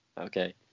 Okay